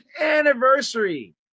anniversary